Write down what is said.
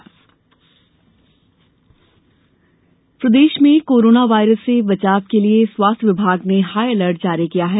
corona virus प्रदेश में corona virus से बचाव के लिये स्वास्थ्य विभाग ने हाई अलर्ट जारी किया है